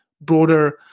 broader